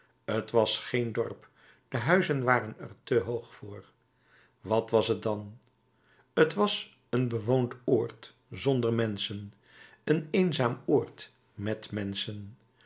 t was geen dorp de huizen waren er te hoog voor wat was het dan t was een bewoond oord zonder menschen een eenzaam oord met menschen